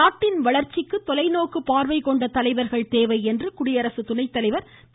நாட்டின் வளர்ச்சிக்கு தொலைநோக்கு பார்வை கொண்ட தலைவர்கள் தேவை என்று குடியரசுத்துணை தலைவர் திரு